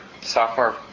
sophomore